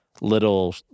little